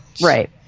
Right